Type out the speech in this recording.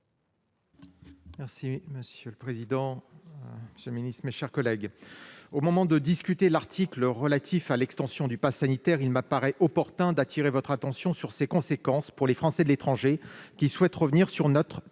monsieur le secrétaire d'État, mes chers collègues, au moment de discuter de l'article relatif à l'extension du passe sanitaire, il me paraît opportun d'appeler votre attention sur ses conséquences pour les Français de l'étranger qui souhaitent revenir sur notre territoire.